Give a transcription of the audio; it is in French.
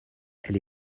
elle